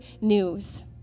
news